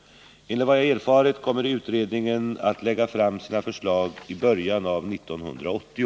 Enligt vad jag erfarit kommer utredningen att lägga fram sina förslag i början av 1980.